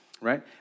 right